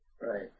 Right